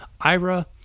Ira